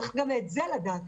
צריך גם את זה לדעת.